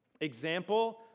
Example